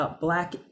Black